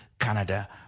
Canada